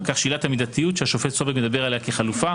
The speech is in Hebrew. כך שעילת המידתיות שהשופט סולברג מדבר עליה כחלופה,